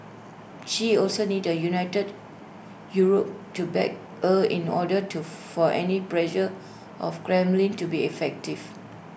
she also needs A united Europe to back her in order to for any pressure of Kremlin to be effective